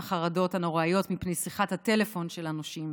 החרדות הנוראיות מפני שיחת הטלפון של הנושים.